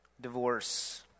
divorce